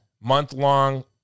month-long